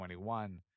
2021